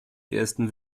ersten